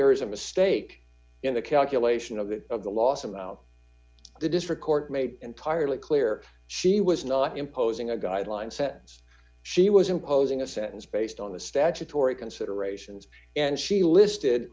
there is a mistake in the calculation of the of the loss and now the district court made entirely clear she was not imposing a guideline sense she was imposing a sentence based on the statutory considerations and she listed